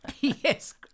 Yes